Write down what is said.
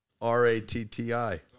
r-a-t-t-i